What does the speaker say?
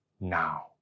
now